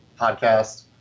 podcast